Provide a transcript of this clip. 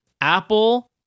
Apple